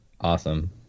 awesome